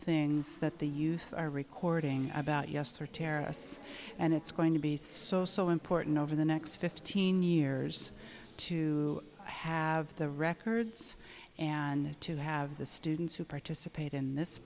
things that the youth are recording about yes or terrorists and it's going to be so so important over the next fifteen years to have the records and to have the students who participate in this